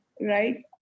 right